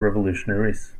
revolutionaries